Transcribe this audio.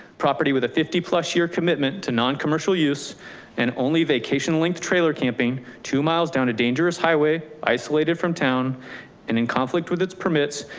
property with a fifty plus year commitment to noncommercial use and only vacation linked trailer camping, two miles down. a dangerous highway, isolated from town and in conflict with its permits,